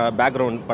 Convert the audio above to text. background